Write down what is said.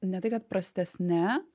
ne tai kad prastesne